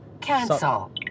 cancel